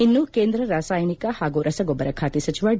ಇನ್ನು ಕೇಂದ್ರ ರಾಸಾಯನಿಕ ಹಾಗೂ ರಸಗೊಬ್ಬರ ಖಾತೆ ಸಚಿವ ಡಿ